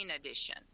edition